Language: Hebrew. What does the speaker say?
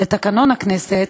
לתקנון הכנסת,